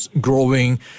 growing